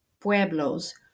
pueblos